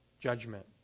judgment